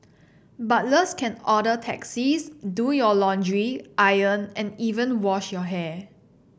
butlers can order taxis do your laundry iron and even wash your hair